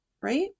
right